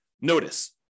Notice